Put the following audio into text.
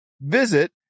Visit